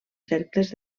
cercles